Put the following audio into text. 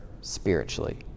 spiritually